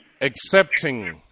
accepting